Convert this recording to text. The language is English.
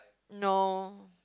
know